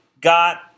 got